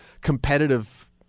competitive